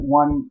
one